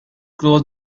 cross